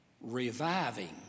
reviving